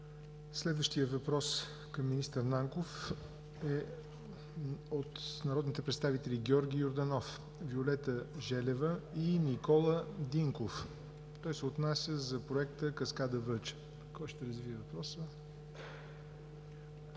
Следващият въпрос към министър Нанков е от народните представители Георги Йорданов, Виолета Желева и Никола Динков. Той се отнася за Проекта „Каскада Въча“. Заповядайте,